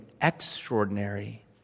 extraordinary